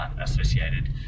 associated